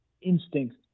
instincts